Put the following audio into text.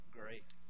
great